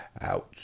out